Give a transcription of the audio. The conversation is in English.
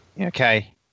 Okay